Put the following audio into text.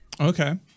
Okay